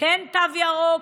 כן תו ירוק,